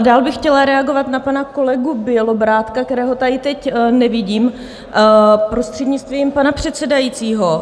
Dál bych chtěla reagovat na pana kolegu Bělobrádka, kterého tady teď nevidím, prostřednictvím pana předsedajícího.